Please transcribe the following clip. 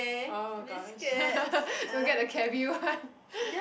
orh gosh don't get the cabby one